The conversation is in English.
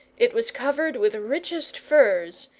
it was covered with richest furs,